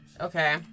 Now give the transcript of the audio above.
Okay